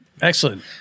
Excellent